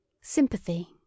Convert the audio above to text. sympathy